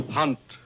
hunt